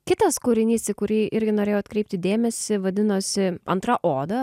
kitas kūrinys į kurį irgi norėjau atkreipti dėmesį vadinosi antra oda